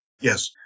Yes